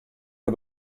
for